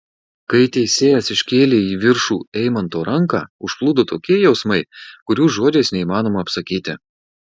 kai teisėjas iškėlė į viršų eimanto ranką užplūdo tokie jausmai kurių žodžiais neįmanoma apsakyti